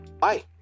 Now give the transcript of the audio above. Bye